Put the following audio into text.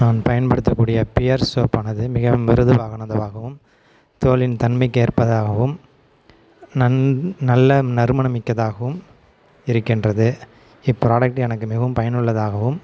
நான் பயன்படுத்த கூடிய பியர் சோப்பானது மிக மிருதுவானதாகவும் தோலின் தன்மைக்கு ஏற்பதாகவும் நன் நல்ல நறுமணம் மிக்கதாகவும் இருக்கின்றது இப் ப்ராடக்ட் எனக்கு மிகவும் பயனுள்ளதாகவும்